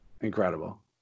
Incredible